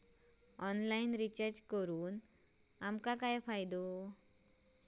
Online recharge करून आमका काय फायदो?